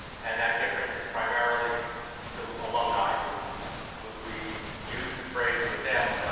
and that difference is primarily to alumni who we use the phrase with them